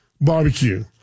barbecue